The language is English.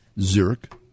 Zurich